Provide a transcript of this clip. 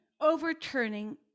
overturning